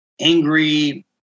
angry